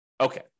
Okay